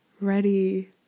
ready